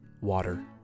water